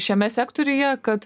šiame sektoriuje kad